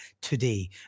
today